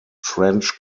trench